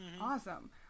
Awesome